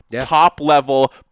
Top-level